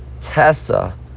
Tessa